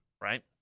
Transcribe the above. right